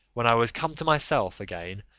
when i was come to myself again,